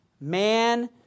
man